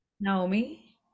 Naomi